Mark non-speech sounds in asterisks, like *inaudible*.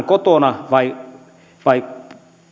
*unintelligible* kotona vai vai